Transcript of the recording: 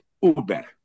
Uber